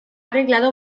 arreglado